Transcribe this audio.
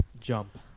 jump